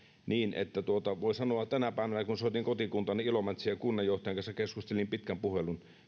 niin että voin sanoa että tänä päivänä soitin kotikuntaani ilomantsiin ja kunnanjohtajan kanssa keskustelin pitkän puhelun